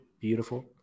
Beautiful